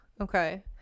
Okay